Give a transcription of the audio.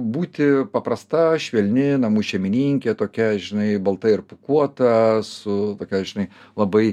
būti paprasta švelni namų šeimininkė tokia žinai balta ir pūkuota su tokia žinai labai